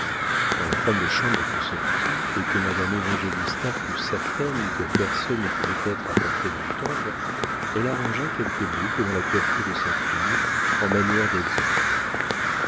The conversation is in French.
quand la femme de chambre fut sortie et que madame évangélista fut certaine que personne ne pouvait être à portée d'entendre elle arrangea quelques boucles dans la coiffure de sa fille en manière d'exorde